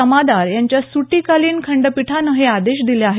जमादार यांच्या सुटीकालीन खंडपीठानं हे आदेश दिले आहेत